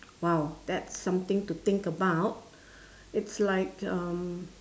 !wow! that's something to think about it's like um